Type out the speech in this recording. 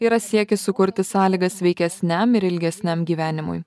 yra siekis sukurti sąlygas sveikesniam ir ilgesniam gyvenimui